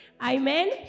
Amen